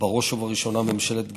בראש ובראשונה לממשלת גרמניה,